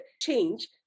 change